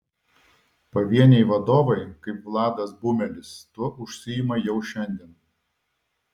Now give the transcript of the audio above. pavieniai vadovai kaip vladas bumelis tuo užsiima jau šiandien